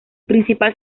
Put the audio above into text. principal